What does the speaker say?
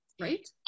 Right